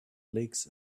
lakes